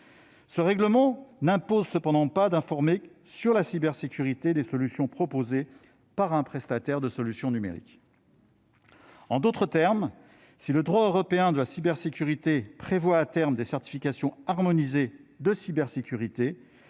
ce dernier n'impose cependant pas d'informer sur la cybersécurité des solutions proposées par un prestataire de solutions numériques. Autrement dit, si le droit européen de la cybersécurité prévoit, à terme, des certifications harmonisées de cybersécurité,